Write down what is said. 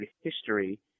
history